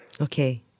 okay